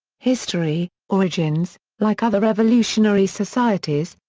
history origins like other revolutionary societies,